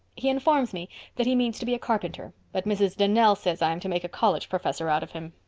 he informs me that he means to be a carpenter, but mrs. donnell says i am to make a college professor out of him.